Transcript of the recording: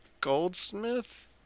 Goldsmith